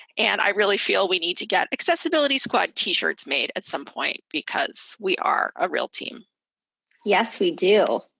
and i really feel we need to get accessibility squad t-shirts made at some point, because we are a real team yes, we do.